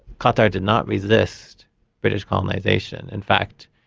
qatar did not resist british colonisation in fact,